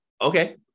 Okay